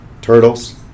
turtles